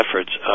efforts